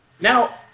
Now